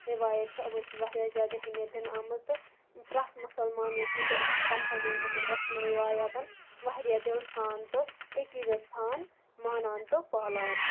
رِوایَت چھِ یِمَن چھِ واریاہ زیادٕ اہمِیَت دِنہٕ آمٕژ تہٕ پرٮ۪تھ مُسَلمان یا ہِندو یِم چھِ پَنٮ۪ن پَنٮ۪ن یِمَن رَسمن رِوایاتَن واریاہ دِلہِ سان تہٕ عقیدَت سان مانان تہٕ پالان